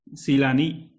Silani